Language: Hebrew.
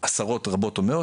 עשרות רבות או מאות,